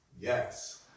Yes